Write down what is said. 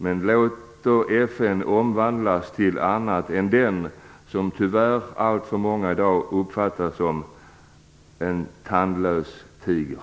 Låt då FN omvandlas till något annat än den organisation som tyvärr alltför många i dag uppfattar som en tandlös tiger.